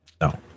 No